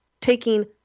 taking